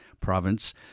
province